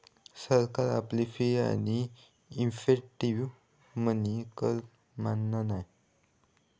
सरकार आपली फी आणि इफेक्टीव मनी कर मानना नाय